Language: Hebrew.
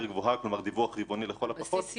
כלומר דיווח ריבוני לכל הפחות- - על בסיס יומי,